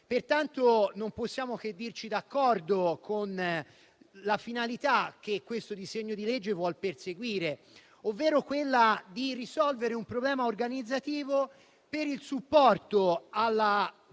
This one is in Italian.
Pertanto, non possiamo che dirci d'accordo con la finalità che questo disegno di legge vuole perseguire, ovvero quella di risolvere un problema organizzativo per il supporto necessario